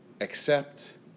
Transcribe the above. accept